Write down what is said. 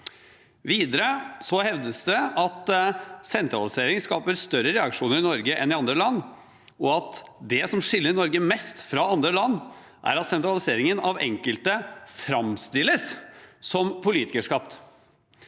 Videre hevdes det at sentralisering skaper større reaksjoner i Norge enn i andre land, og at det som skiller Norge mest fra andre land, er at sentraliseringen av enkelte framstilles som politikerskapt.